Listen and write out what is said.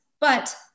but-